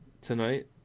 tonight